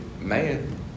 man